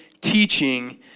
teaching